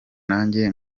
nanjye